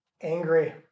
angry